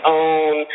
own